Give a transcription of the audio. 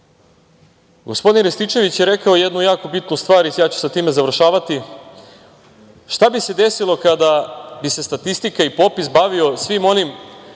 Rističević je rekao jednu jako bitnu stvar i ja ću sa time završavati. Šta bi se desilo kada bi se statistika i popis bavio svim onim